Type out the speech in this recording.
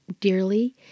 dearly